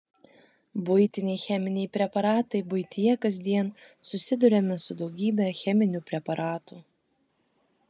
buitiniai cheminiai preparatai buityje kasdien susiduriame su daugybe cheminių preparatų